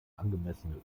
angemessene